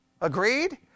Agreed